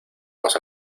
nos